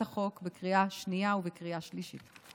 החוק בקריאה השנייה ובקריאה השלישית.